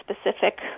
specific